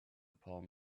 palm